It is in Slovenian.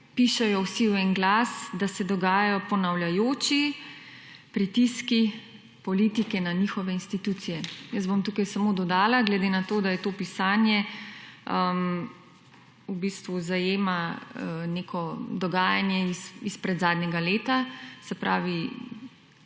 pišejo vsi v en glas, da se dogajajo ponavljajoči pritiski politike na njihove institucije. Jaz bom tukaj samo dodala, glede na to, da je to pisanje, v bistvu zajema neko dogajanje izpred zadnjega leta, se pravi,